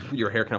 your hair kind of